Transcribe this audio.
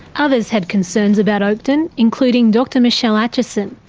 others had concerns about oakden, including dr michelle atchison,